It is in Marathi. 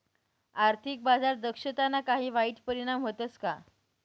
आर्थिक बाजार दक्षताना काही वाईट परिणाम व्हतस का